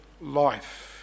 life